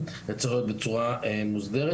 ואני לא יודע איפה היא תהיה עוד שנתיים,